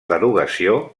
derogació